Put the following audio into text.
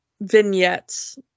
vignettes